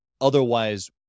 otherwise